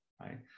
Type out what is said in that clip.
right